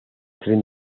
tren